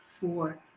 four